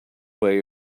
way